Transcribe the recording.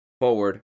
forward